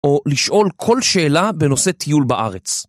או לשאול כל שאלה בנושא טיול בארץ.